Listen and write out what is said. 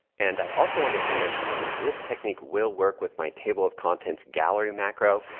and i also wanted to mention that this technique will work with my table of contents gallery macro.